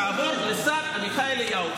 תעבור לשר עמיחי אליהו.